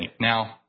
Now